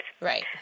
Right